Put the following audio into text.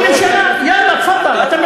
הנה, אתם בממשלה, יאללה, תפאדל, אני שואל אותך.